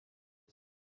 cye